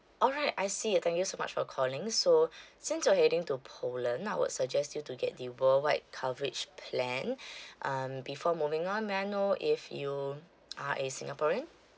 alright I see thank you so much for calling so since you're heading to poland I would suggest you to get the worldwide coverage plan um before moving on may I know if you are a singaporean